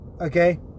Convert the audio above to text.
Okay